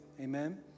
Amen